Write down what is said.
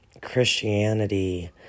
Christianity